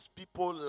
people